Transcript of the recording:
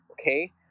okay